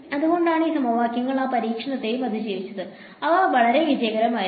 അതുകൊണ്ടാണ് ഈ സമവാക്യങ്ങൾ ആ പരീക്ഷണത്തെയും അതിജീവിച്ചത് അവ വളരെ വിജയകരമായിരുന്നു